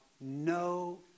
no